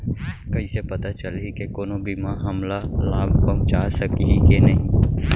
कइसे पता चलही के कोनो बीमा हमला लाभ पहूँचा सकही के नही